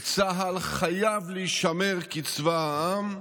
וצה"ל חייב להישמר כצבא העם,